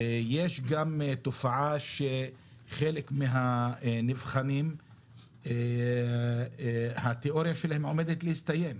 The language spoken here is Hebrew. יש גם תופעה שחלק מהנבחנים התיאוריה שלהם עומדת להסתיים,